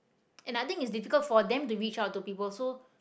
and I think it's difficult for them to reach out to people so